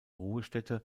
ruhestätte